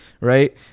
Right